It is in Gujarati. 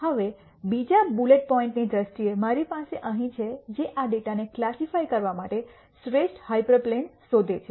હવે બીજા બુલેટ પોઇન્ટની દ્રષ્ટિએ મારી પાસે અહીં છે જે આ ડેટાને કલાસસીફાય કરવા માટે શ્રેષ્ઠ હાયપર પ્લેન શોધે છે